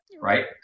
right